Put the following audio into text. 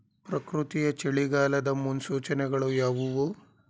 ಪ್ರಕೃತಿಯ ಚಳಿಗಾಲದ ಮುನ್ಸೂಚನೆಗಳು ಯಾವುವು?